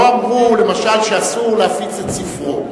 לא אמרו למשל שאסור להפיץ את ספרו,